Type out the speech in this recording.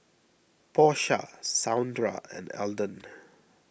Porsha Saundra and Alden